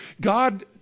God